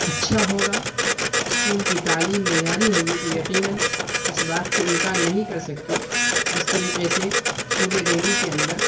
اچھا ہوگا اسکول کی تعلیم معیاری ہوگی تو یقیناً اِس بات سے انکار نہیں کر سکتے جس طریقے سے صوبے دلّی کے اندر